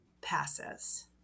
passes